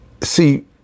See